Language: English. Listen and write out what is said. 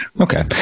Okay